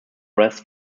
rest